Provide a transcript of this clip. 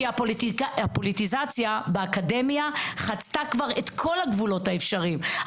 כי הפוליטיזציה באקדמיה חצתה כבר את כל הגבולות האפשריים.